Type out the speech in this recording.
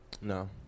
No